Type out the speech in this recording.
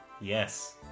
yes